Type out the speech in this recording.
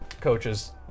coaches